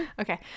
Okay